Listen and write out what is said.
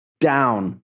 down